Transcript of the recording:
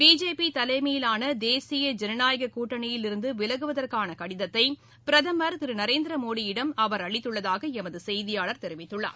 BJP தலைமையிலாள தேசிய ஜனநாயக கூட்டனியில் இருந்து விலகுவதற்கான கடிதத்தை பிரதமர் திரு நரேந்திர மோடியிடம் அவர் அளித்துள்ளதாக எமது செய்தியாளர் தெரிவித்துள்ளார்